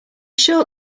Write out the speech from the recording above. short